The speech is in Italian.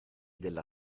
della